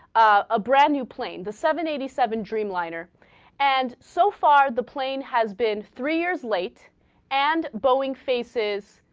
a brand new plane the seven eighty seven dream liner and so far the plane has been three years late and boeing faces